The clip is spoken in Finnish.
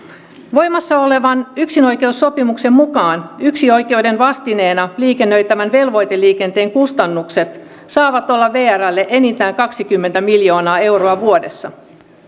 voimassa olevan yksinoikeussopimuksen mukaan yksinoikeuden vastineena liikennöitävän velvoiteliikenteen kustannukset saavat olla vrlle enintään kaksikymmentä miljoonaa euroa vuodessa